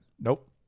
nope